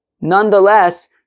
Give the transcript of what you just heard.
Nonetheless